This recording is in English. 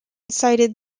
cited